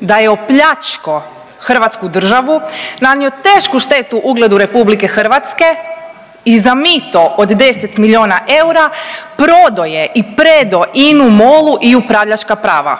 da je opljačko Hrvatsku državu, nanio tešku štetu ugledu RH i za mito od 10 milijuna eura prodao je i predo INA-u MOL-u i upravljačka prava.